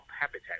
habitat